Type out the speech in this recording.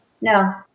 No